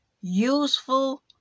useful